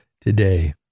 today